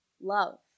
love